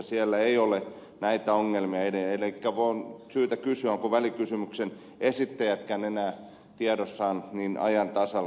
siellä ei ole näitä ongelmia enää elikkä on syytä kysyä ovatko välikysymyksen esittäjätkään enää tiedoissaan ajan tasalla